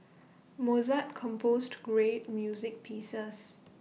Mozart composed great music pieces